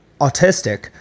autistic